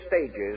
stages